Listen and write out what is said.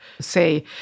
say